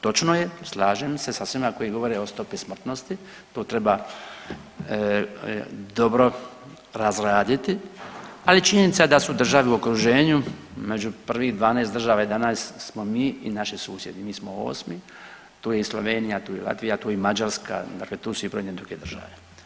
Točno je, slažem se sa svima koji govore o stopi smrtnosti, to treba dobro razraditi, ali činjenica da su države u okruženju među prvih 12 država 11. smo mi i naši susjedi, mi smo 8. tu je i Slovenija, tu je i Latvija, tu je i Mađarska dakle tu su i brojne druge države.